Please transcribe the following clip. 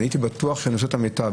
והייתי בטוח שאני עושה את המיטב,